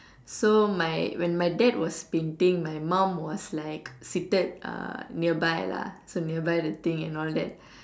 so my when my dad was painting my mom was like seated uh nearby lah so nearby the thing and all that